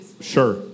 sure